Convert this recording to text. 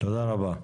תודה רבה.